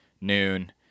noon